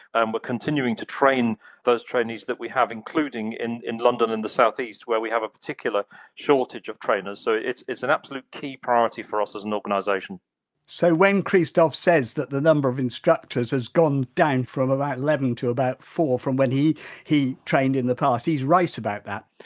and we're continuing to train those trainees that we have, including in in london and the south east, where we have a particular shortage of trainers. so, it's it's an absolute key priority for us as an organisation so, when christophe says that the number of instructors has gone down from about eleven to about four, from when he he trained in the past, he's right about that?